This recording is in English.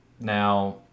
Now